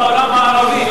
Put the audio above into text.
בעולם הערבי,